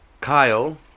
Kyle